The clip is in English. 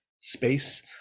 space